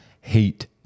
hate